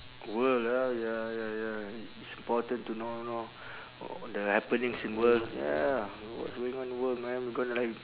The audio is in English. world ah ya ya ya it's important to know you know the happenings in world ya what's going on in the world man we gonna like